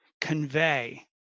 convey